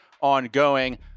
ongoing